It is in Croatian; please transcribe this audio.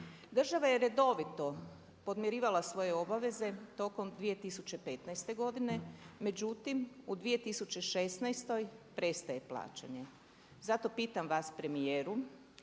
Država je redovito podmirivala svoje obaveze tokom 2015. godine, međutim u 2016. prestaje plaćanje. Zato pitam vas premijeru,